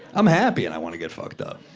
i'm happy and i want to get up.